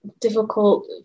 difficult